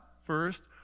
first